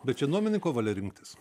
bet čia nuominiko valia rinktis